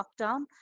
lockdown